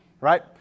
right